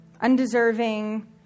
Undeserving